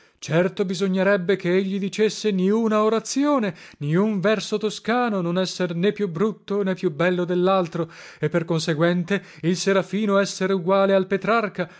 certo bisognarebbe che egli dicesse niuna orazione niun verso toscano non esser né più brutto né più bello dellaltro e per conseguente il serafino esser eguale al petrarca